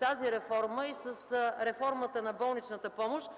тази реформа и с реформата на болничната помощ.